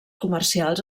comercials